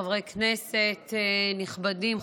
חברי כנסת נכבדים,